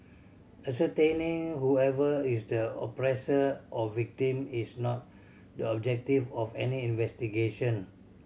ascertaining whoever is the oppressor or victim is not the objective of any investigation